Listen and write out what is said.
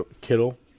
Kittle